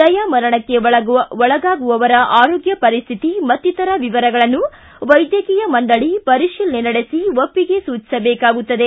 ದಯಾಮರಣಕ್ಕೆ ಒಳಗಾಗುವವರ ಆರೋಗ್ಯ ಪರಿಸ್ಥಿತಿ ಮತ್ತಿತರ ವಿವರಗಳನ್ನು ವೈದ್ಯಕೀಯ ಮಂಡಳಿ ಪರಿಶೀಲನೆ ನಡೆಸಿ ಒಪ್ಪಿಗೆ ಸೂಚಿಸಬೇಕಾಗುತ್ತದೆ